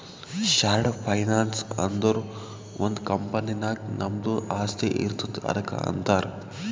short finance ಅಂದುರ್ ಒಂದ್ company ನಾಗ್ ನಮ್ದು ಆಸ್ತಿ ಇರ್ತುದ್ ಅದುಕ್ಕ ಅಂತಾರ್